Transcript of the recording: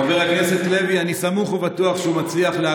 חבר הכנסת לוי, אני סמוך ובטוח שהוא מצליח.